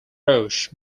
roche